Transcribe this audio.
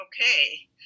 Okay